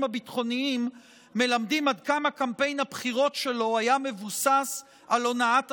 הביטחוניים מלמדים עד כמה קמפיין הבחירות שלו היה מבוסס על הונאת הציבור.